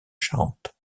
charente